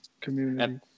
community